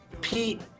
Pete